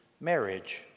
marriage